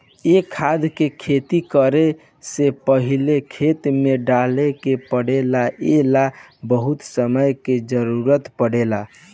ए खाद के खेती करे से पहिले खेत में डाले के पड़ेला ए ला बहुत समय के जरूरत पड़ेला